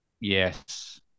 Yes